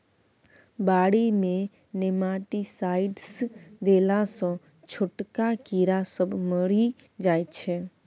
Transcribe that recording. बारी मे नेमाटीसाइडस देला सँ छोटका कीड़ा सब मरि जाइ छै